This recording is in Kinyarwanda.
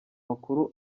makuru